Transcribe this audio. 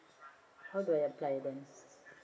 how do I apply then